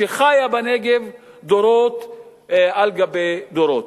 שחיה בנגב דורות על גבי דורות.